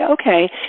okay